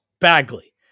Bagley